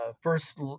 first